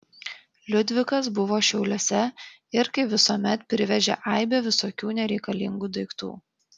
liudvikas buvo šiauliuose ir kaip visuomet privežė aibę visokių nereikalingų daiktų